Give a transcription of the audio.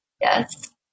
Yes